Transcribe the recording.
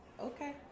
Okay